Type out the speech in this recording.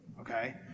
okay